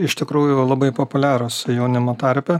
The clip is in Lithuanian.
iš tikrųjų labai populiarios jaunimo tarpe